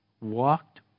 walked